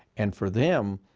and for them,